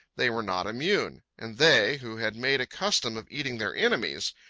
they were not immune. and they, who had made a custom of eating their enemies,